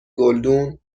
گلدون